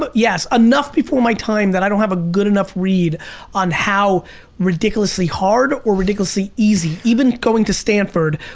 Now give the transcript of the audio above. but yes. enough before my time that i don't have a good enough read on how ridiculously hard or ridiculously easy. even going to stanford,